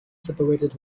separated